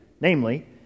namely